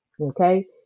Okay